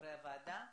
שחברי הוועדה מוזמנים,